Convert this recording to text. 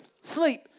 sleep